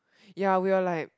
ya we were like